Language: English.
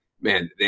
man